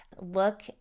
look